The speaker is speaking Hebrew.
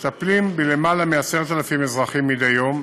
מטפלים ביותר מ-10,000 אזרחים מדי יום,